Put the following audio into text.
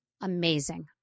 amazing